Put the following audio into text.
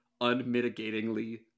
unmitigatingly